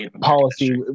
policy